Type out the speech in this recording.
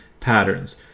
patterns